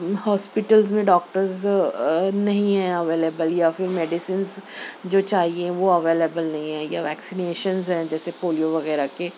hospitals میں doctors نہیں ہیں اویلیبل یا پھر میڈیسنس جو چاہیے وہ اویبلیبل نہیں ہیں یا ویکسینیشنز ہیں جیسے پولیو وغیرہ کے